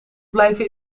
blijven